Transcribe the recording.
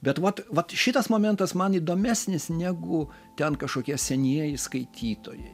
bet vat vat šitas momentas man įdomesnis negu ten kažkokie senieji skaitytojai